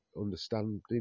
understanding